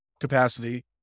capacity